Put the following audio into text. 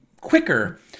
quicker